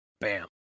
Bam